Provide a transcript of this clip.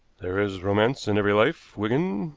there is romance in every life, wigan.